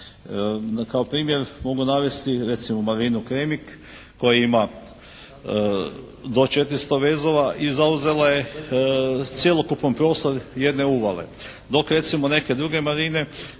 Kao primjer mogu navesti recimo marinu …/Govornik se ne razumije./… koja ima do 400 vezova i zauzela je cjelokupan prostor jedne uvale, dok recimo neke druge marine